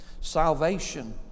Salvation